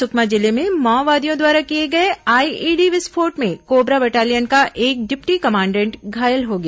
सुकमा जिले में माओवादियों द्वारा किए गए आईईडी विस्फोट में कोबरा बटालियन का एक डिप्टी कमांडेंट घायल हो गया